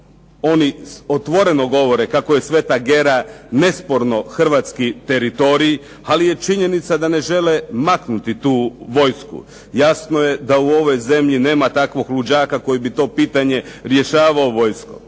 oni otvoreno govore kako je Sveta Gera nesporno hrvatski teritorij ali je činjenica da ne žele maknuti tu vojsku. Jasno je da u ovoj zemlji nema takvog luđaka koji bi to pitanje rješavao vojskom.